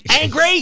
angry